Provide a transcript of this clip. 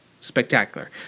spectacular